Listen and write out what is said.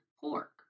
pork